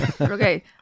okay